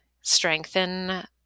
strengthen